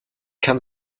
kann